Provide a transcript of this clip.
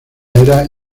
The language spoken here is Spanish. era